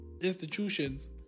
institutions